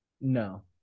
no